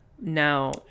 Now